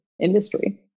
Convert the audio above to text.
industry